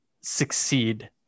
succeed